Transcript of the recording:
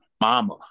Mama